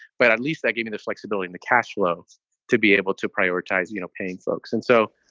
but at least that gave me the flexibility, the cash flows to be able to prioritize you know paying folks and so,